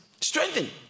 Strengthen